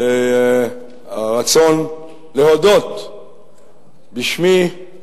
לרצון להודות בשמי,